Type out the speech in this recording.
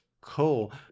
cool